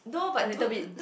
a little bit